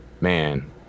man